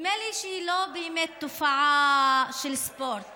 נדמה לי שהיא לא באמת תופעה של ספורט